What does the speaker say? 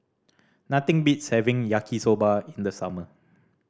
nothing beats having Yaki Soba in the summer